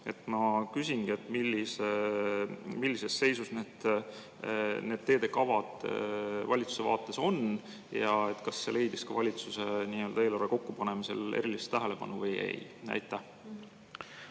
Ma küsingi, millises seisus on teedekavad valitsuse vaates. Kas see leidis ka valitsuse eelarve kokkupanemisel erilist tähelepanu või ei? Jaa,